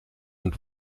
und